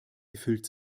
gefüllt